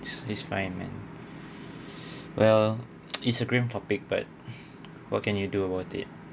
it's it's fine man well it's a grim topic but what can you do about it